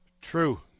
True